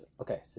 okay